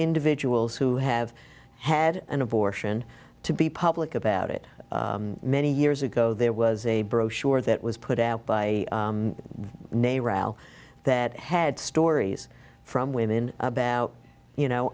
individuals who have had an abortion to be public about it many years ago there was a brochure that was put out by name raul that had stories from women about you know